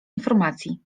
informacji